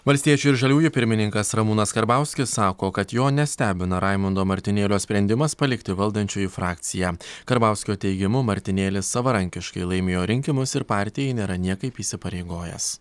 valstiečių ir žaliųjų pirmininkas ramūnas karbauskis sako kad jo nestebina raimundo martinėlio sprendimas palikti valdančiųjų frakciją karbauskio teigimu martinėlis savarankiškai laimėjo rinkimus ir partijai nėra niekaip įsipareigojęs